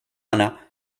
anna